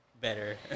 better